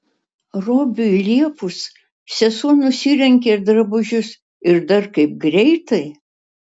robiui liepus sesuo nusirengė drabužius ir dar kaip greitai